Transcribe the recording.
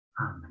Amen